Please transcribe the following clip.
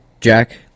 Jack